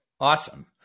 awesome